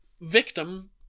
Victim